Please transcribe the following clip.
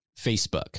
Facebook